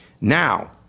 Now